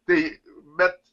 tai bet